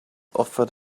offered